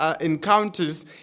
encounters